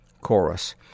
Chorus